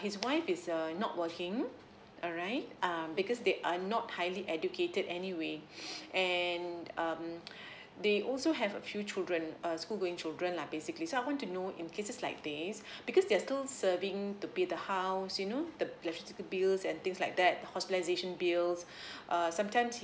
his wife is uh not working alright um because they are not highly educated anyway and um they also have a few children uh school going children lah basically so I want to know in cases like these because they're still serving to pay the house you know the electricity bills and things like that hospitalisation bills err sometimes he